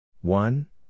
One